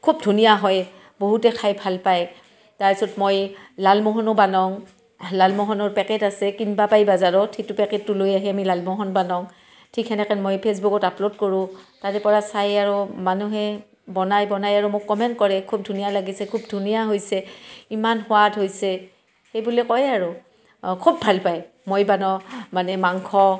খুব ধুনীয়া হয় বহুতে খাই ভাল পায় তাৰপিছত মই লালমোহনো বানাওঁ লালমোহনৰ পেকেট আছে কিনবা পাই বাজাৰত সেইটো পেকেটটো লৈ আহি আমি লালমোহন বানাওঁ ঠিক সেনেকৈ মই ফেচবুকত আপলোড কৰোঁ তাৰে পৰা চাই আৰু মানুহে বনাই বনাই আৰু মোক কমেণ্ট কৰে খুব ধুনীয়া লাগিছে খুব ধুনীয়া হৈছে ইমান সোৱাদ হৈছে সেইবুলি কয় আৰু খুব ভাল পায় মই বনাই মানে মাংস